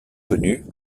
connu